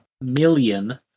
million